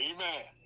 Amen